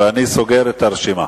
וסוגר את הרשימה.